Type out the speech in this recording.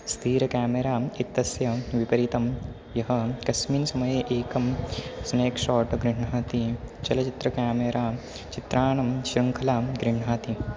स्थिरकेमेराम् इत्यस्य विपरीतं यः कस्मिन् समये एकं स्नेक् शाट् गृह्णाति चलचित्रकेमेरां चित्राणां शृङ्खलां गृह्णाति